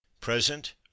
present